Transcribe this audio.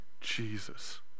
Jesus